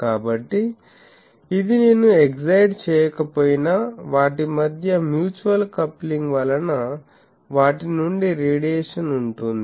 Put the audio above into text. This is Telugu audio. కాబట్టి ఇది నేను ఎక్సైడ్ చేయకపోయినా వాటి మధ్య మ్యూచువల్ కప్లింగ్ వలన వాటి నుండి రేడియేషన్ ఉంటుంది